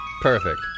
Perfect